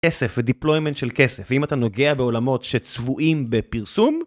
כסף ודיפלוימנט של כסף, ואם אתה נוגע בעולמות שצבועים בפרסום...